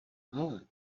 ale